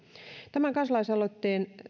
tämän kansalaisaloitteen